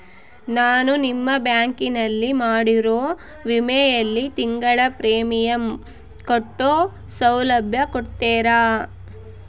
ನಾನು ನಿಮ್ಮ ಬ್ಯಾಂಕಿನಲ್ಲಿ ಮಾಡಿರೋ ವಿಮೆಯಲ್ಲಿ ತಿಂಗಳ ಪ್ರೇಮಿಯಂ ಕಟ್ಟೋ ಸೌಲಭ್ಯ ಕೊಡ್ತೇರಾ?